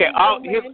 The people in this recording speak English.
Okay